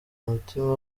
umutima